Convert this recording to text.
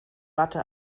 watte